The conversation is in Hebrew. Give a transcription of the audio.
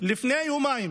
לפני יומיים